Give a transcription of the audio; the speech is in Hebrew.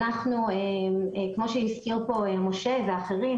כמו שהזכיר פה משה ואחרים,